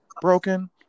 Broken